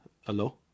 Hello